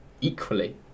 Equally